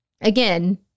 again